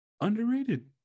Underrated